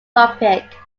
topic